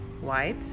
white